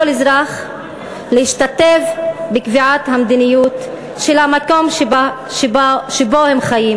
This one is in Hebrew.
אזרח להשתתף בקביעת המדיניות של המקום שבו הם חיים.